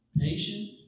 Patient